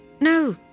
No